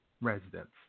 residents